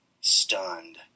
stunned